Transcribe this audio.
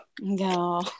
No